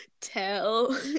Tell